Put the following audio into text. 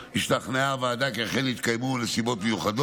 השתכנעה הוועדה כי אכן נתקיימו נסיבות מיוחדות,